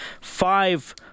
Five